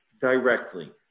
directly